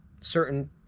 certain